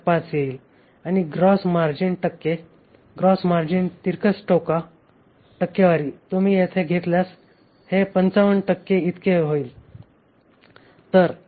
175 येईल आणि gross margin टक्के ग्रॉस मार्जिन तिरकस तोटा टक्केवारी तुम्ही येथे घेतल्यास हे 55 इतके बंद होईल